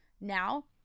Now